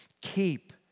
Keep